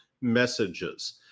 messages